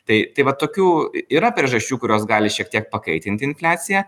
tai tai va tokių yra priežasčių kurios gali šiek tiek pakaitinti infliaciją